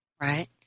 Right